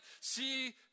see